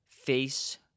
Face